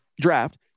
draft